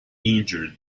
injured